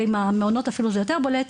ועם המעונות אפילו זה יותר בולט,